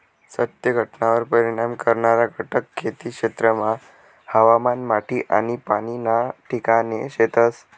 सत्य घटनावर परिणाम करणारा घटक खेती क्षेत्रमा हवामान, माटी आनी पाणी ना ठिकाणे शेतस